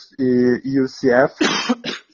EUCF